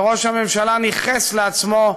וראש הממשלה ניכס לעצמו,